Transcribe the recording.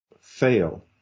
fail